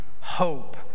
hope